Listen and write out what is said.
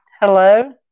hello